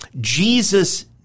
Jesus